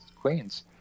Queens